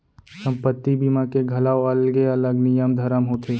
संपत्ति बीमा के घलौ अलगे अलग नियम धरम होथे